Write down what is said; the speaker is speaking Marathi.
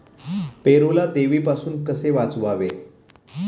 पेरूला देवीपासून कसे वाचवावे?